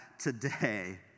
Today